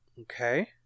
Okay